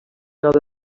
nova